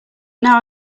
now